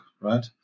right